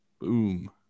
Boom